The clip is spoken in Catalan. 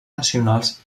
nacionals